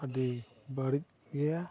ᱟᱹᱰᱤ ᱵᱟᱹᱲᱤᱡ ᱜᱮᱭᱟ